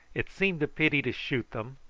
it seemed a pity to shoot them,